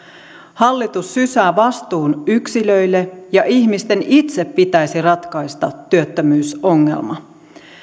hallitus sysää vastuun yksilöille ja ihmisten itse pitäisi ratkaista työttömyysongelma